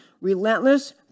Relentless